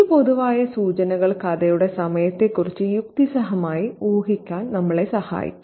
ഈ പൊതുവായ സൂചനകൾ കഥയുടെ സമയത്തെക്കുറിച്ച് യുക്തിസഹമായി ഊഹിക്കാൻ നമ്മളെ സഹായിക്കും